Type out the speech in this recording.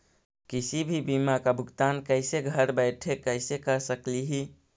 किसी भी बीमा का भुगतान कैसे घर बैठे कैसे कर स्कली ही?